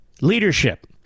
leadership